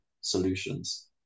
solutions